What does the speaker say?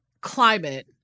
climate